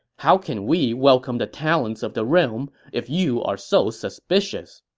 how can we welcome the talents of the realm if you are so suspicious?